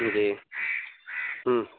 جی ہ